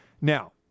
Now